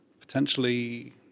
potentially